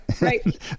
Right